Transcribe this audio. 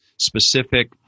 specific